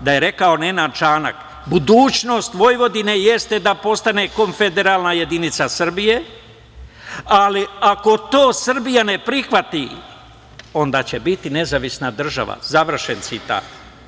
da je rekao Nenad Čanak: "budućnost Vojvodine jeste da postane konfederalna jedinica Srbije, ali ako to Srbija ne prihvati, onda će biti nezavisna država", završen citat.